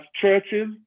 churches